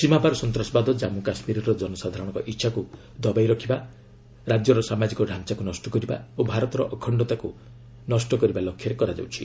ସୀମାପାର ସନ୍ତାସବାଦ ଜାମ୍ପୁ କାଶ୍ମୀରର ଜନସାଧାରଣଙ୍କ ଇଚ୍ଛାକୁ ଦବାଇ ରଖିବା ରାଜ୍ୟର ସାମାଜିକ ଢାଞ୍ଚାକୁ ନଷ୍ଟ କରିବା ଓ ଭାରତର ଅଖଶ୍ତତକୁ ନଷ୍ଟ କରିବା ଲକ୍ଷ୍ୟରେ କରାଯାଉଛି